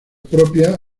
propia